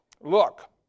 Look